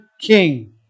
king